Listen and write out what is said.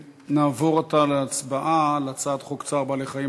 נעבור עתה להצבעה על הצעת חוק צער בעלי-חיים